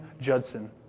Judson